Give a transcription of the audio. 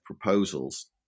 proposals